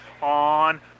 on